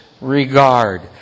regard